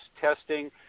testing